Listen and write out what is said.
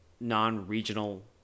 non-regional